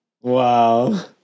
Wow